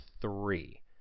three